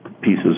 pieces